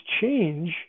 change